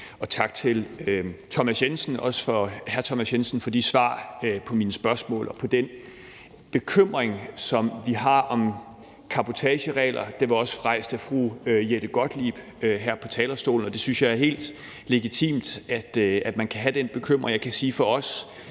Også tak til hr. Thomas Jensen for hans svar på mine spørgsmål og den bekymring, som vi har om cabotageregler – det blev også rejst af fru Jette Gottlieb her på talerstolen. Jeg synes, det er helt legitimt, at man kan have den bekymring, og jeg kan sige, at for os